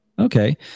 Okay